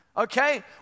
Okay